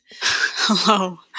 Hello